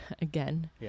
again